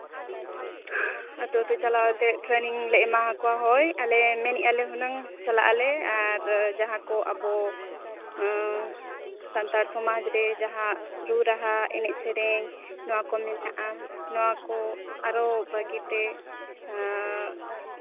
ᱟᱹᱛᱩ ᱟᱹᱛᱩ ᱪᱟᱞᱟᱣ ᱠᱟᱛᱮᱫ ᱴᱨᱮᱱᱤᱝ ᱞᱮ ᱮᱢᱟ ᱦᱟᱠᱚᱣᱟ ᱦᱳᱭ ᱟᱞᱮ ᱢᱮᱱᱮᱫᱼᱟ ᱞᱮ ᱦᱩᱱᱟᱹᱝ ᱪᱟᱞᱟᱜ ᱟᱞᱮ ᱟᱨ ᱡᱟᱦᱟᱸ ᱠᱚ ᱟᱵᱚ ᱥᱟᱱᱛᱟᱲ ᱥᱚᱢᱟᱡᱽ ᱨᱮ ᱡᱟᱦᱟᱸ ᱨᱩ ᱨᱟᱦᱟ ᱮᱱᱮᱡ ᱥᱮᱨᱮᱧ ᱱᱚᱣᱟ ᱠᱚ ᱢᱮᱱᱟᱜᱼᱟ ᱱᱚᱣᱟ ᱠᱚ ᱟᱨᱚ ᱵᱷᱟᱹᱜᱤ ᱛᱮ